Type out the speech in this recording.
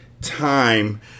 time